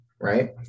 right